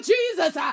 Jesus